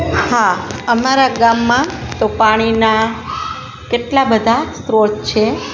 હા અમારા ગામમાં તો પાણીના કેટલા બધા સ્ત્રોત છે